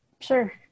Sure